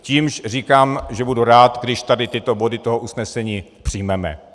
Čímž říkám, že budu rád, když tady tyto body toho usnesení přijmeme.